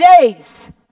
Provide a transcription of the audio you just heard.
days